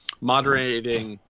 moderating